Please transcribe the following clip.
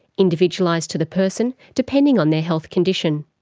individualised to the person, depending on their health condition.